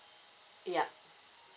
yeah